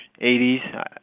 80s